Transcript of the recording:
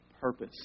purpose